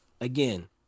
again